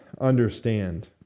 understand